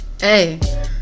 hey